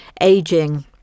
aging